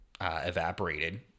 evaporated